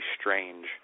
strange